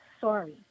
sorry